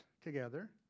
together